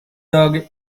dog